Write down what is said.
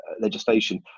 legislation